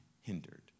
hindered